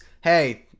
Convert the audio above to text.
hey